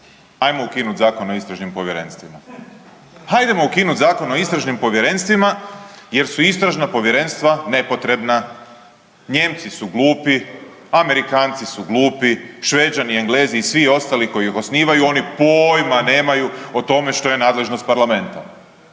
Hajmo ukinuti Zakon o istražnim povjerenstvima. Hajdemo ukinuti Zakon o istražnim povjerenstvima jer su istražna povjerenstva nepotrebna. Nijemci su glupi, Amerikanci su glupi, Šveđani, Englezi i svi ostali koji ih osnivaju oni pojma nemaju o tome što je nadležnost parlamenta.